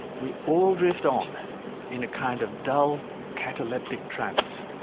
we all drift on in a kind of dull cataleptic trance.